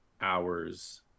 hours